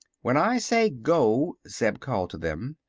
when i say go! zeb called to them,